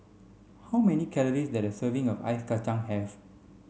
how many calories does a serving of Ice Kachang have